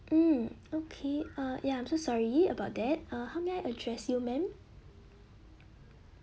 mm okay uh ya I'm so sorry about that uh how may I address you ma'am